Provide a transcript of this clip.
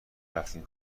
رفتیم